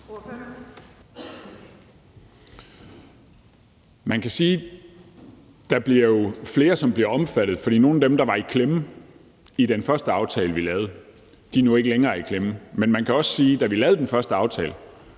Man kan sige, at der jo bliver flere, som bliver omfattet, fordi nogle af dem, der var i klemme i den første aftalte, vi lavede, nu ikke længere er i klemme. Men man kan også sige, at da vi lavede den første aftale,